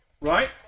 right